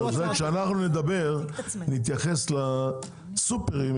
כשאנחנו נתייחס לסופרים,